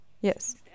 yes